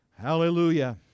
Hallelujah